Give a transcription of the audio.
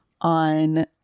on